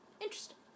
Interesting